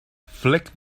flick